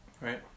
Right